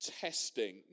testing